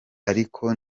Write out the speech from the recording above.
ariko